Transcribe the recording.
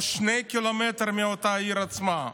או שני קילומטר מאותה העיר עצמה,